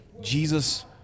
jesus